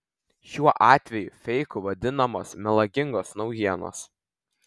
šiuo atveju feiku vadinamos melagingos naujienos